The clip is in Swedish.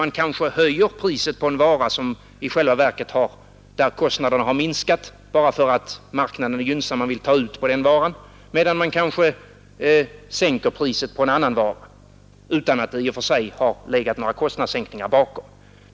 Man kanske höjer priset på en vara där kostnaden i själva verket har minskat bara för att marknaden är gynnsam, medan man kanske sänker priset på en annan vara utan att det i och för sig legat några kostnadssänkningar bakom.